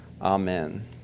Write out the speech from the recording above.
Amen